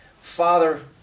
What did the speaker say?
Father